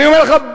אני אומר לך,